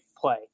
play